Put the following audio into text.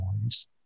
noise